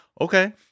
okay